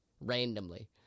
randomly